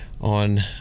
on